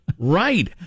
Right